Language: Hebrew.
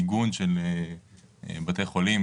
מיגון של בתי חולים,